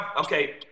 Okay